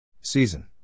Season